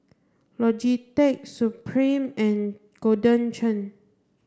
Logitech Supreme and Golden Churn